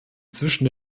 zwischen